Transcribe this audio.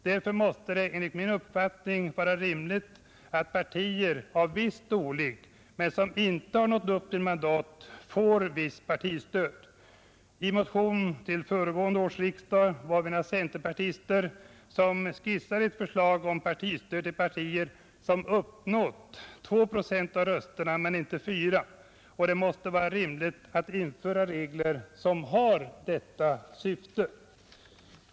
Därför måste det enligt min uppfattning vara rimligt att partier av viss storlek, som dock inte har nått upp till mandat, får visst partistöd. I motion till föregående års riksdag var vi några centerpartister som skissade förslag om partistöd till partier som uppnått 2 procent av rösterna men inte 4 procent. Det måste vara rimligt att införa regler som har detta syfte.